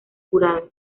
curado